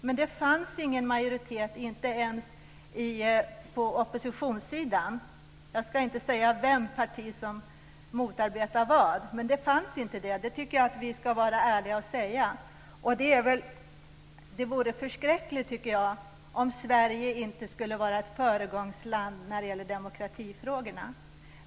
Men det fanns ingen majoritet, inte ens på oppositionssidan. Jag ska inte säga vilket parti som motarbetade vad. Men det fanns ingen majoritet, och det tycker jag att vi ska vara ärliga och säga. Jag tycker att det vore förskräckligt om Sverige inte skulle vara ett föregångsland när det gäller demokratifrågorna.